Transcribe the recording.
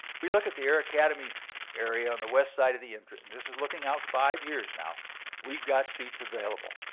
we look at the air academy area on the west side of the and and this is looking out five years now we've got seats available.